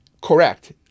correct